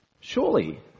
Surely